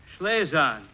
Schlesan